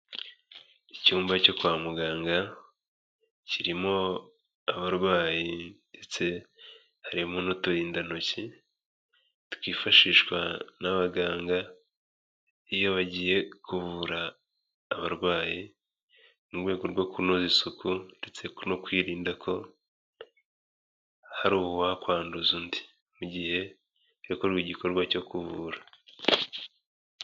Icyumba cyo kwa muganga kirimo abarwayi ndetse harimo n'uturindantoki, twifashishwa n'abaganga iyo bagiye kuvura abarwayi, mu rwego rwo kunoza isuku ndetse no kwirinda ko hari uwakwanduza undi, mu gihe yakorewe igikorwa cyo kuvura.